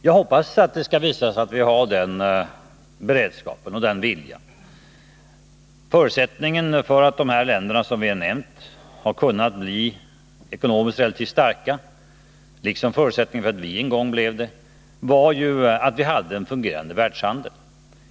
Jag hoppas att det skall visa sig att vi har den beredskapen och den viljan. Förutsättningen för att dessa länder kunnat bli ekonomiskt relativt starka, liksom förutsättningen för att Sverige en gång blev det, var ju att det finns en fungerande världshandel.